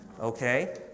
Okay